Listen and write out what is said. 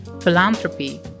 philanthropy